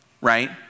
Right